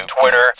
Twitter